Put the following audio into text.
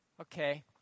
Okay